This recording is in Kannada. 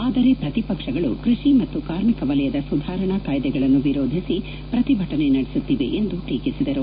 ಆದರೆ ಪ್ರತಿಪಕ್ಷಗಳು ಕೃಷಿ ಮತ್ತು ಕಾರ್ಮಿಕ ವಲಯದ ಸುಧಾರಣಾ ಕಾಯ್ದೆಗಳನ್ನು ವಿರೋಧಿಸಿ ಪ್ರತಿಭಟನೆ ನಡೆಸುತ್ತಿವೆ ಎಂದು ಟೀಕಿಸಿದರು